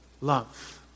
Love